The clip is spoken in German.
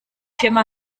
firma